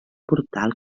portal